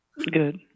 Good